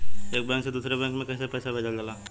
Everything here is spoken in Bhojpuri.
एक बैंक से दूसरे बैंक में कैसे पैसा जाला?